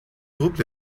groupe